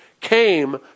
came